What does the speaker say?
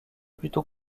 plutôt